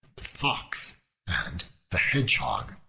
the fox and the hedgehog